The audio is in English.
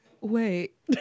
Wait